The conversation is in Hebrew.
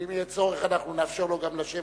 ואם יהיה צורך אנחנו נאפשר לו גם לשבת,